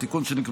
התשפ"ג